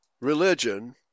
religion